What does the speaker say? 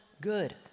good